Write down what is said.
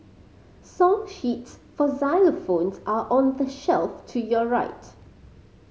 song sheets for xylophones are on the shelf to your right